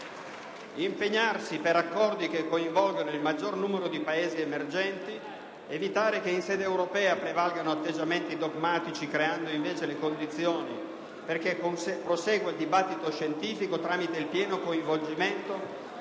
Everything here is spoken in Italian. di cercare accordi che coinvolgano il maggior numero di paesi emergenti; di evitare che in sede europea prevalgano atteggiamenti dogmatici, creando invece le condizioni perché prosegua il dibattito scientifico tramite il pieno coinvolgimento